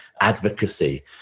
advocacy